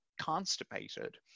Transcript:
constipated